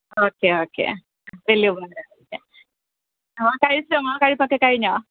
okay okay വലിയ ഉപകാരമായിരുന്നു കഴിച്ചോ മേം കഴിപ്പൊക്കെ കഴിഞ്ഞോ